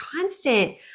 constant